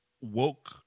woke